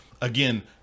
again